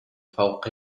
فوق